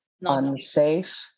unsafe